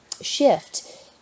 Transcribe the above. shift